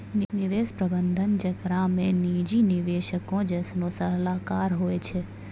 निवेश प्रबंधन जेकरा मे निजी निवेशको जैसनो सलाहकार होय छै